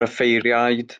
offeiriad